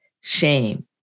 shame